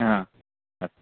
हा अस्तु